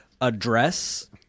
address